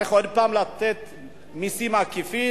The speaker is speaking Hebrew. צריך עוד פעם לתת מסים עקיפים.